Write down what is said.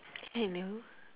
hello